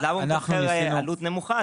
אז למה הוא מתמחר עלות נמוכה?